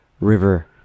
River